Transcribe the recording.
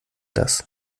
das